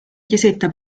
chiesetta